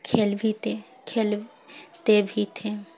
کھیل بھی تے کھیلتے بھی تھے